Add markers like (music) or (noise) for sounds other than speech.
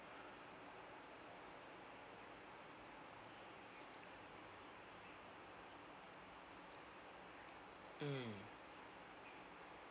(noise) mm